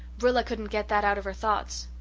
rilla couldn't get that out of her thoughts.